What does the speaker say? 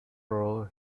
role